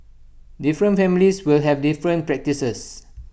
different families will have different practices